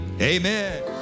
amen